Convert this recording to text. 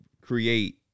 create